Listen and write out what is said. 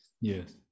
Yes